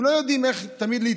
הם לא תמיד יודעים איך להתמודד,